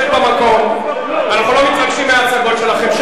שב במקום, אנחנו לא מתרגשים מההצגות שלכם.